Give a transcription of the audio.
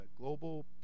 Global